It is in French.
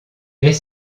est